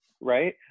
right